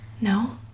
No